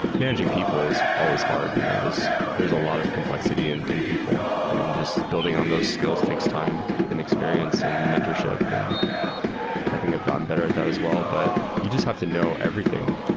managing people is always hard. you know there's there's a lot of complexity in in people and just building on those skills takes time and experience and mentorship and i think i've gotten better at that as well. but you just have to know everything.